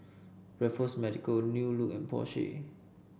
Raffles Medical New Look and Porsche